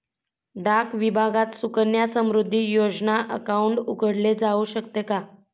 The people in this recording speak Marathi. डाक विभागात सुकन्या समृद्धी योजना अकाउंट उघडले जाऊ शकते का?